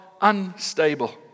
unstable